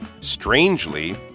Strangely